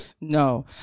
No